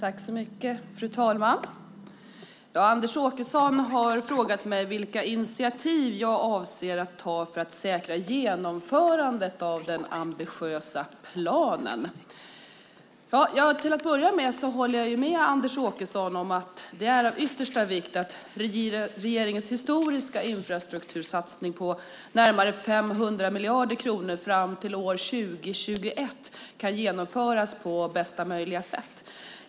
Fru talman! Anders Åkesson har frågat mig vilka initiativ jag avser att ta för att säkra genomförandet av den ambitiösa planen. Till att börja med håller jag med Anders Åkesson om att det är av yttersta vikt att regeringens historiska infrastruktursatsning på närmare 500 miljarder kronor fram till år 2021 kan genomföras på bästa möjliga sätt.